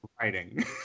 writing